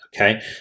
Okay